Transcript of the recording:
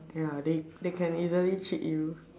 ya they they can easily cheat you